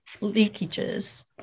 leakages